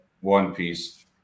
one-piece